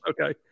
Okay